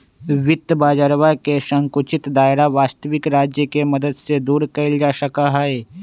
वित्त बाजरवा के संकुचित दायरा वस्तबिक राज्य के मदद से दूर कइल जा सका हई